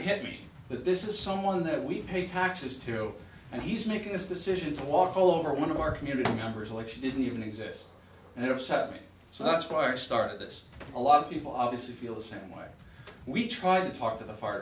hit me that this is someone that we pay taxes to and he's making this decision to walk all over one of our community members like she didn't even exist and it upset me so much fire started this a lot of people obviously feel the same way we tried to talk to the f